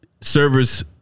servers